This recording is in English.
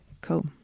cool